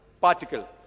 Particle